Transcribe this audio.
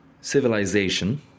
civilization